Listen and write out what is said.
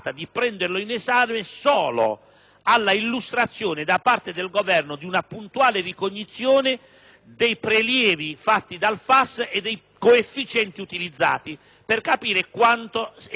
l'illustrazione da parte del Governo di una puntuale ricognizione dei prelievi fatti dal FAS e dei coefficienti utilizzati per capire quanto era stato già attinto,